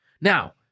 Now